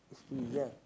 still young